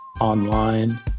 online